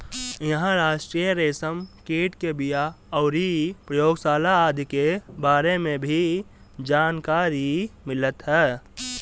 इहां राष्ट्रीय रेशम कीट के बिया अउरी प्रयोगशाला आदि के बारे में भी जानकारी मिलत ह